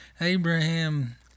Abraham